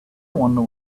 wonder